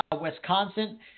wisconsin